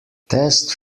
test